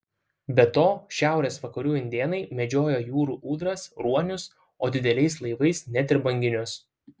be to šiaurės vakarų indėnai medžiojo jūrų ūdras ruonius o dideliais laivais net ir banginius